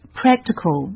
practical